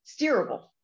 steerable